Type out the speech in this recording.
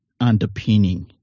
underpinning